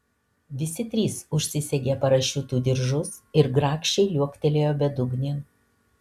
visi trys užsisegė parašiutų diržus ir grakščiai liuoktelėjo bedugnėn